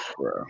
bro